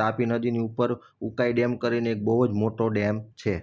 તાપી નદીની ઉપર ઉકાઈ ડેમ કરીને એક બહુ જ મોટો ડેમ છે